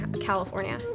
California